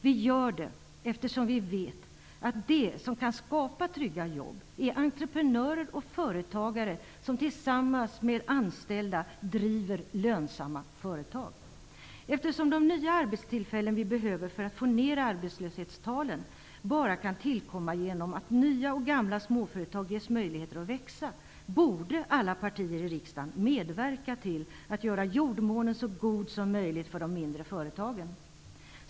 Vi gör det eftersom vi vet att de som kan skapa trygga jobb är entreprenörer och företagare som tillsammans med anställda driver lönsamma företag. Eftersom de nya arbetstillfällen som vi behöver för att få ner arbetslöshetstalen bara kan skapas genom att nya och gamla småföretag ges möjligheter att växa, borde alla partier i riksdagen medverka till att göra jordmånen så god som möjligt för de mindre företagen.